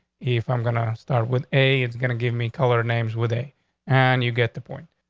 if i'm gonna start with a, it's gonna give me color names with a and you get the point.